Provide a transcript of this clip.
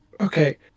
Okay